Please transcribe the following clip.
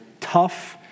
tough